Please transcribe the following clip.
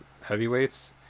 Heavyweights